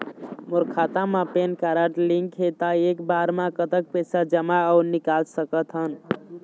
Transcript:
मोर खाता मा PAN card link हे ता एक बार मा कतक पैसा जमा अऊ निकाल सकथन?